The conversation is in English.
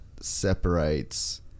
separates